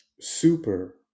super